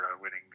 winning